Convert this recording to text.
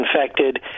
infected